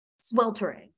sweltering